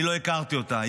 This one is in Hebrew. אני לא הכרתי אותה.